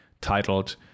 titled